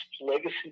legacy